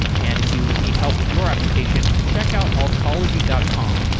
and if you need help with your application, check out altology dot com